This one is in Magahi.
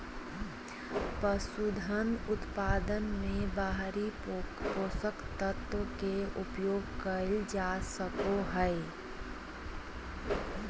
पसूधन उत्पादन मे बाहरी पोषक तत्व के उपयोग कइल जा सको हइ